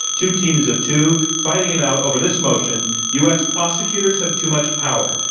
two teams of two, fighting it out over this motion, u. s. prosecutors have too much power.